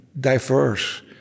diverse